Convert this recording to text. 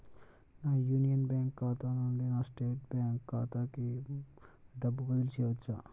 నా Union Bank ఖాతా నుండి నా స్టేట్ బ్యాంకు ఖాతాకి డబ్బు బదిలి చేయవచ్చా?